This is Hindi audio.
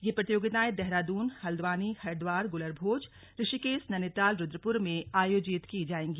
ये प्रतियोगिताएं देहरादून हल्द्वानी हरिद्वार गुलरभोज ऋषिकेश नैनीताल रूद्रपुर में आयोजित की जायेंगी